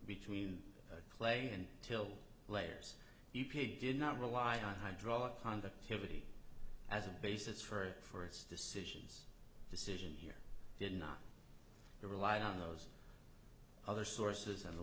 between clay and tilt layers e p a did not rely on hydraulic conduct heavy as a basis for for its decisions decisions here did not rely on those other sources on the